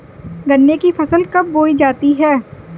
गन्ने की फसल कब बोई जाती है?